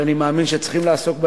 שאני חושב שצריכים לעסוק בהם.